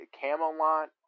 Camelot